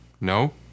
No